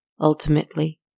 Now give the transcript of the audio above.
ultimately